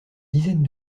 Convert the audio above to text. dizaines